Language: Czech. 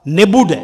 Nebude.